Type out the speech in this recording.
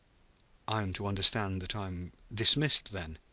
i'm to understand that i'm dismissed, then?